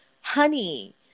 honey